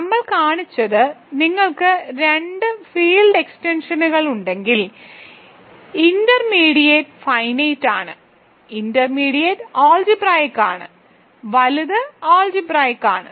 നമ്മൾ കാണിച്ചത് നിങ്ങൾക്ക് രണ്ട് ഫീൽഡ് എക്സ്റ്റെൻഷനുകൾ ഉണ്ടെങ്കിൽ ഇന്റർമീഡിയറ്റ് ഫൈനൈറ്റ് ആണ് ഇന്റർമീഡിയറ്റ് അൾജിബ്രായിക്ക് ആണ് വലുത് അൾജിബ്രായിക്ക് ആണ്